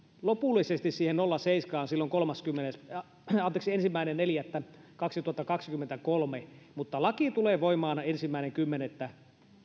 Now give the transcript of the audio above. lopullisesti siihen nolla pilkku seitsemään silloin ensimmäinen neljättä kaksituhattakaksikymmentäkolme ja laki tulee voimaan ensimmäinen kymmenettä